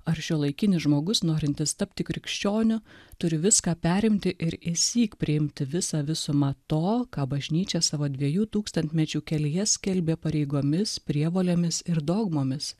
ar šiuolaikinis žmogus norintis tapti krikščioniu turi viską perimti ir išsyk priimti visą visumą to ką bažnyčia savo dviejų tūkstantmečių kelyje skelbė pareigomis prievolėmis ir dogmomis